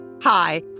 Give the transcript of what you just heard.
Hi